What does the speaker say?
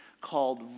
called